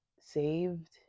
saved